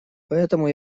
поэтому